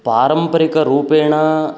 पारम्परिकरूपेण